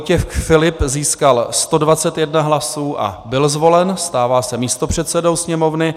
Vojtěch Filip získal 121 hlasů a byl zvolen, stává se místopředsedou Sněmovny.